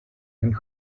and